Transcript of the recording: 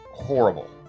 horrible